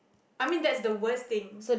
I mean that's the worst thing